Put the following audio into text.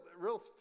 real